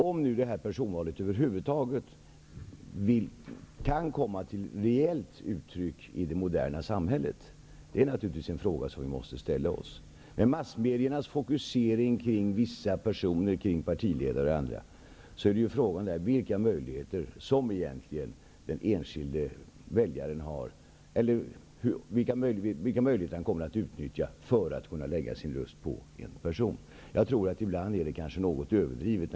Om det här personvalet över huvud taget kan komma till reellt uttryck i det moderna samhället är naturligtvis en fråga som vi måste ställa oss. Med massmediernas fokusering på vissa personer, partiledare och andra, är frågan vilka möjligheter den enskilde väljaren egentligen kommer att utnyttja för att lägga sin röst på en person. Ibland är denna tro något överdriven.